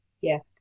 Yes